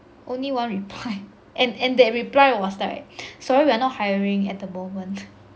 only one replied and and that reply was like sorry we're not hiring at the moment